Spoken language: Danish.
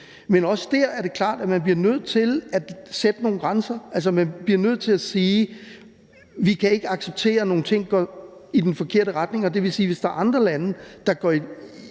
men også der er det klart, at man bliver nødt til at sætte nogle grænser. Altså, man bliver nødt til at sige, at vi ikke kan acceptere, at nogle ting går i den forkerte retning, og det vil sige, at hvis der er andre lande, der går i en forkert retning,